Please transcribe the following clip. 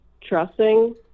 trusting